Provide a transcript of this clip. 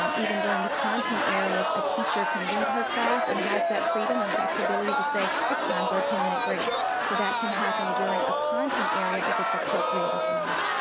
um even during the content areas a teacher can read her class and has that freedom and flexibility to say, it's time for a ten minute break so that can happen during a content area if it's appropriate as well.